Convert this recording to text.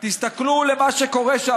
הסתכלו על מה שקורה שם.